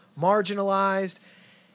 marginalized